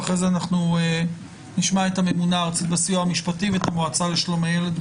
ואחרי זה נשמע את הממונה הארצית בסיוע המשפטי ואת המועצה לשלום הילד,